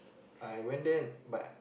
I went there but